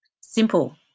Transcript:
Simple